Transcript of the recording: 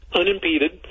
unimpeded